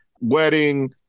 wedding